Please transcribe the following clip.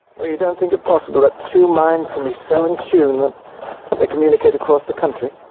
but you don't think it possible that two minds can be so in tune, that they communicate across the country,